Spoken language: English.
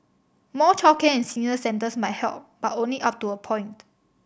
more childcare and senior centres might help but only up to a point